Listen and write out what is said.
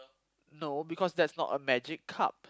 no because that's not a magic cup